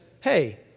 Hey